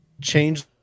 change